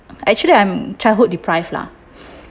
actually I'm childhood deprived lah